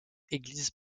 église